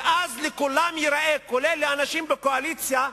ואז לכולם ייראו, כולל לאנשים בקואליציה,